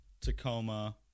tacoma